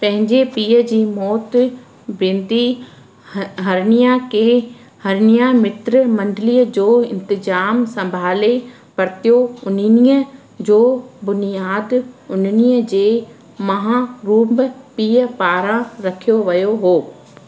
पंहिंजे पीअ जी मौत वैदि हर हरिनीया के हरिनीया मित्र मंडलीअ जो इंतिज़ामु संभाले वरितो उन्हीअ जो बुनियादु उन्हीअ जे महरूम पीअ पारां रखियो वियो हो